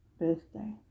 birthday